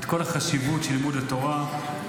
את כל החשיבות של לימוד התורה --- התנ"ך.